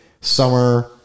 summer